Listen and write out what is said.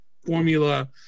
Formula